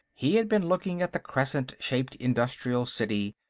he had been looking at the crescent-shaped industrial city,